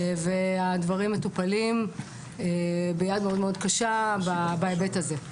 והדברים מטופלים ביד מאוד מאוד קשה בהיבט הזה.